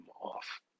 off